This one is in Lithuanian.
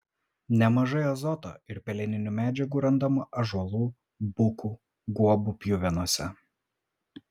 nemažai azoto ir peleninių medžiagų randama ąžuolų bukų guobų pjuvenose